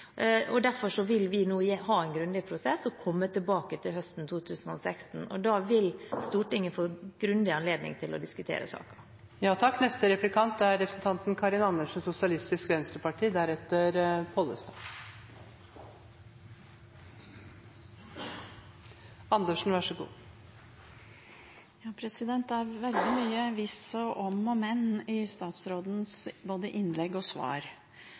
og derfor vil vi nå ha en grundig prosess og komme tilbake høsten 2016, og da vil Stortinget få anledning til å diskutere saken grundig. Det er veldig mye hvis og om og men i statsrådens innlegg og svar. Spørsmålet er om statsråden er kjent med og erkjenner det faglige synspunktet fra både Veterinærinstituttet og